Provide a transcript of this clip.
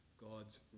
God's